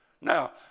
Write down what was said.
Now